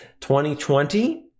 2020